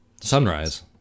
Sunrise